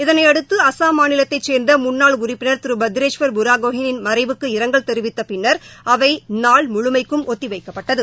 இதனையடுத்து அஸ்ஸாம் மாநிலத்தைச் சேர்ந்த முன்னாள் உறுப்பினர் பத்ரேஸ்வர் பூரகோ கெய்ன் னின் மறைவுக்கு இரங்கல் தெரிவித்த பின்னா் அவை நாள் முழுவதற்கும் ஒத்தி வைக்கப்பட்டது